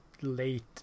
late